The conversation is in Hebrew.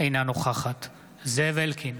אינה נוכחת זאב אלקין,